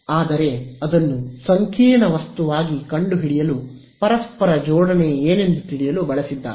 ಆದರೆ ಅದನ್ನು ಸಂಕೀರ್ಣ ವಸ್ತುವಾಗಿ ಕಂಡುಹಿಡಿಯಲು ಪರಸ್ಪರ ಜೋಡಣೆ ಏನೆಂದು ತಿಳಿಯಲು ಬಳಸಿದ್ದಾರೆ